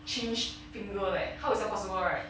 change finger leh how is that possible right